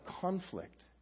conflict